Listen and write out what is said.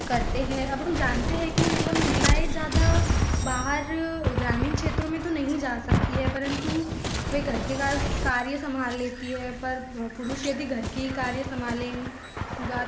करते हैं अब हम जानते हैं कि मतलब महिलाएँ ज़्यादा बाहर ग्रामीण क्षेत्रों में तो नहीं जा सकती है परंतु वे घर के कार्स कार्य संभाल लेती है पर पुरुष यदि घर के कार्य संभालेगा